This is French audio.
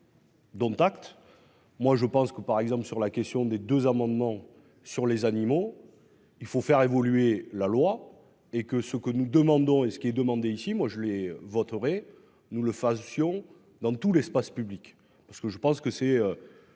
Moi je pense que par exemple sur la question des 2 amendements sur les animaux. Il faut faire évoluer la loi et que ce que nous demandons et ce qui est demandé ici moi je les voterai. Nous le fassions dans tout l'espace public parce que je pense que c'est.